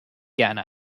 gerne